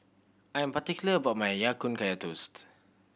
I am particular about my Ya Kun Kaya Toast